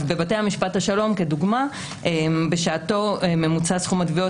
בבתי משפט השלום כדוגמה בשעתו ממוצע סכום התביעות